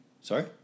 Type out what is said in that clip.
Sorry